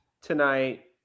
tonight